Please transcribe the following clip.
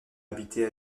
habiter